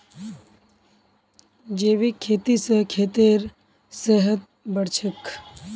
जैविक खेती स खेतेर सेहत बढ़छेक